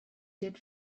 did